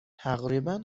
تقریبا